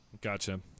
gotcha